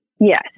Yes